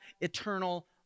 eternal